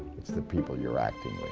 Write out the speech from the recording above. it's the people you're acting